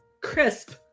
crisp